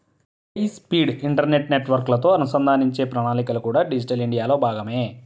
high speed internet నెట్వర్క్లతో అనుసంధానించే ప్రణాళికలు కూడా డిజిటల్ ఇండియాలో భాగమే